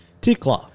Tickler